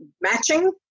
matching